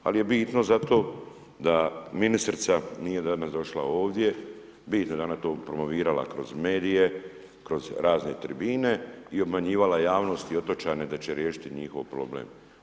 Ali je bitno zato da ministrica nije danas došla ovdje, vidite da je ona to promovirala kroz medije, kroz razne tribine i obmanjivala javnost i otočane da će riješiti njihov problem.